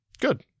Good